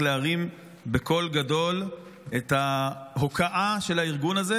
להרים בקול גדול את ההוקעה של הארגון הזה,